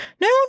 no